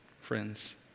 friends